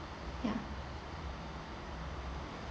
ya